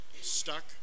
stuck